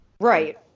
Right